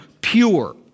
pure